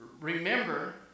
remember